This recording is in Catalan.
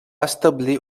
establir